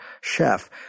chef